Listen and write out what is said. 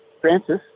Francis